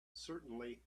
certainly